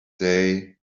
day